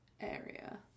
area